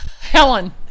Helen